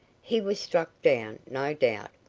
he was struck down, no doubt,